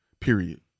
period